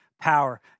power